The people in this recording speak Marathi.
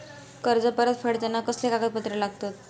कर्ज परत फेडताना कसले कागदपत्र लागतत?